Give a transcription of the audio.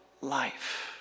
life